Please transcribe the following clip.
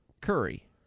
Curry